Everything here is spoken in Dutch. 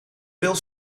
veel